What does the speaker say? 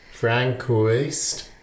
Francoist